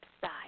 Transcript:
side